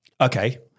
Okay